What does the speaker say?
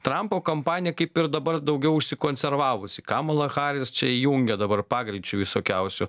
trampo kampanija kaip ir dabar daugiau užsikonservavusi kamala haris čia įjungė dabar pagreičių visokiausių